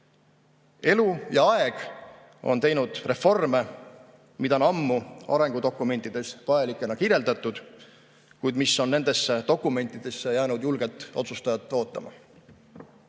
Elu ja aeg on teinud reforme, mida on ammu arengudokumentides vajalikena kirjeldatud, kuid mis on nendesse dokumentidesse jäänud julget otsustajat ootama.